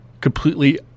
completely